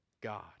God